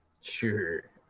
Sure